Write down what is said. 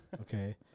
Okay